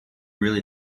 really